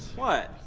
what?